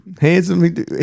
Handsome